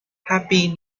happy